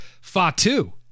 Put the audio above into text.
Fatu